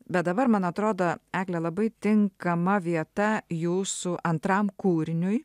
bet dabar man atrodo egle labai tinkama vieta jūsų antram kūriniui